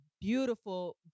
Beautiful